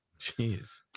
Jeez